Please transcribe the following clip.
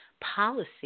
policy